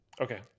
Okay